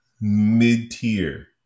mid-tier